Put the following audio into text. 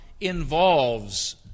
involves